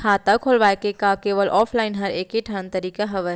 खाता खोलवाय के का केवल ऑफलाइन हर ऐकेठन तरीका हवय?